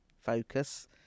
focus